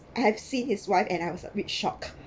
I've seen his wife and I was a bit shock